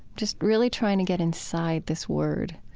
just really trying to get inside this word